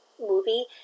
movie